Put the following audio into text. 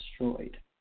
destroyed